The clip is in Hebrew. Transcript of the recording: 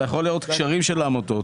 אתה יכול לראות קשרים של עמותות,